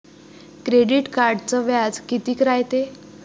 Credit कार्डचं व्याज कितीक रायते?